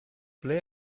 ble